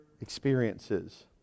experiences